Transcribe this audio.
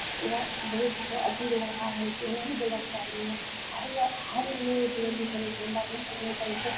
उएह बहुत अजीब लड़का रहै कि ओना नहि बोलयके चाही मगर हल्ला डिलेवरी करै छै एहन बात नहि छै जे नहि करै छै